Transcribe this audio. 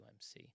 UMC